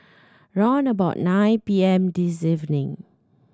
round about nine P M this evening